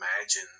imagine